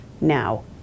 now